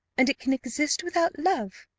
and it can exist without love?